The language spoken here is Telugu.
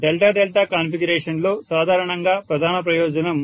డెల్టా డెల్టా కాన్ఫిగరేషన్లో సాధారణంగా ప్రధాన ప్రయోజనం